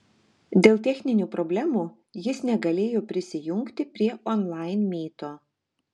dėl techninių problemų jis negalėjo prisijungti prie onlain myto